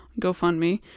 gofundme